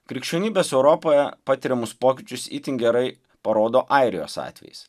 krikščionybės europoje patiriamus pokyčius itin gerai parodo airijos atvejis